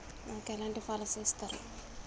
నాకు ఎలాంటి పాలసీ ఇస్తారు?